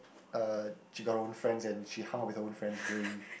uh she got her own friends and she hung out with her own friends during